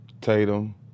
Tatum